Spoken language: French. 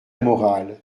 morale